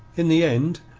in the end,